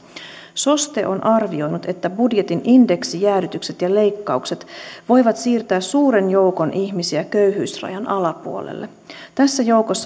soste on arvioinut että budjetin indeksijäädytykset ja leikkaukset voivat siirtää suuren joukon ihmisiä köyhyysrajan alapuolelle tässä joukossa